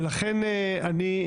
ולכן אני,